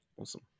Awesome